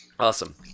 Awesome